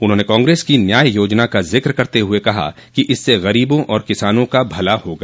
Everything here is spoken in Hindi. उन्होंने कांग्रेस की न्याय योजना का जिक करते हुए कहा कि इससे गरीबों और किसानों का भला होगा